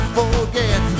forget